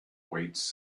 waits